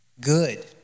good